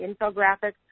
infographics